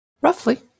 Roughly